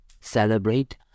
Celebrate